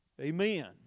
Amen